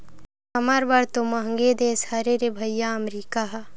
हमर बर तो मंहगे देश हरे रे भइया अमरीका ह